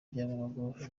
ibyangombwa